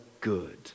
good